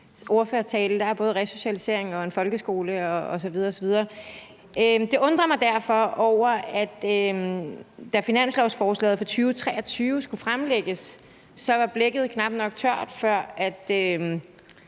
ordførertale. Der er både resocialisering og en folkeskole osv. osv. Jeg undrer mig derfor over, at da finanslovsforslaget for 2023 skulle fremlægges, var blækket knap nok tørt, før